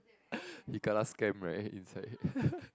you kena scam right inside